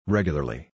Regularly